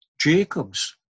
Jacob's